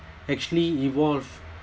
actually evolve